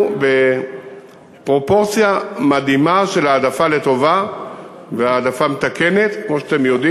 בהעדפה לטובה והעדפה מתקנת בפרופורציה